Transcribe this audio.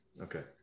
Okay